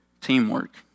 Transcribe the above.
teamwork